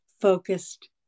focused